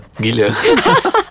Gila